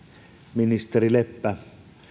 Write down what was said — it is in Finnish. ministeri leppä